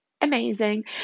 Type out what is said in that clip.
amazing